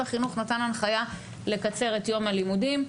החינוך נתן הנחייה לקצר את יום הלימודים.